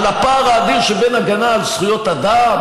בפער האדיר שבין הגנה על זכויות אדם